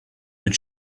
but